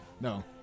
No